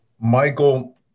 Michael